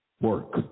work